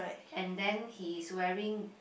and then he is wearing